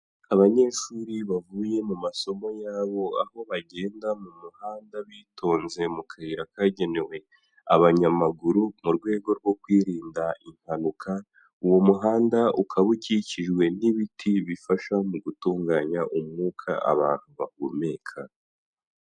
Abanyeshuri bavuye mu masomo yabo, aho bagenda mu muhanda bitonze mu kayira kagenewe abanyamaguru mu rwego rwo kwirinda impanuka, uwo muhanda ukaba ukikijwe n'ibiti bifasha mu gutunganya umwuka abantu bahumeka.